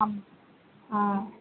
ஆமாம் ஆ